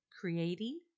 creating